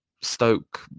Stoke